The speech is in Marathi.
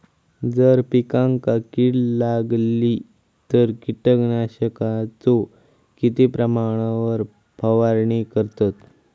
जर पिकांका कीड लागली तर कीटकनाशकाचो किती प्रमाणावर फवारणी करतत?